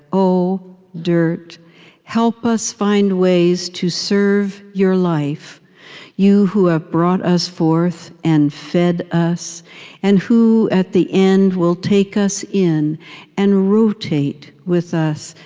o dirt help us find ways to serve your life you who have brought us forth, and fed us and who at the end will take us in and rotate with us,